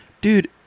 dude